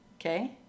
okay